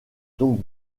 donc